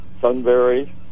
Sunbury